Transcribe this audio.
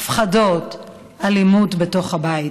הפחדות, אלימות בתוך הבית.